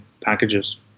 packages